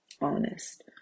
honest